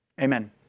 Amen